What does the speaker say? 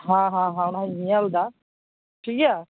ᱦᱮᱸ ᱦᱮᱸ ᱦᱮᱸ ᱚᱱᱟᱧ ᱧᱮᱞᱫᱟ ᱴᱷᱤᱠ ᱜᱮᱭᱟ